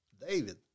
David